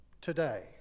today